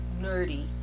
nerdy